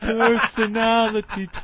personality